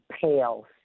pale